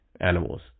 animals